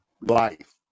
life